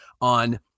on